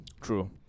True